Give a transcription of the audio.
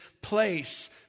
place